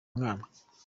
umwana